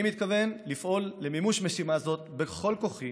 אני מתכוון לפעול למימוש משימה זו בכל כוחי